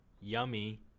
Yummy